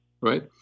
Right